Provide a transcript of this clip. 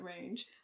range